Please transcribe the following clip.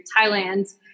Thailand